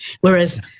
whereas